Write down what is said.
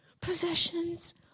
possessions